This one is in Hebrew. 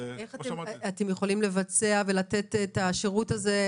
אתם יכולים לבצע ולתת את השירות הזה?